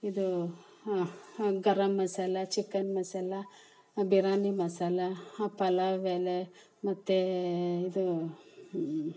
ಇದು ಹಾಂ ಹಾಂ ಗರಮ್ ಮಸಾಲ ಚಿಕನ್ ಮಸಾಲ ಬಿರ್ಯಾನಿ ಮಸಾಲ ಹಾಂ ಪಲಾವ್ ಎಲೆ ಮತ್ತು ಇದು